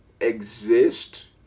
exist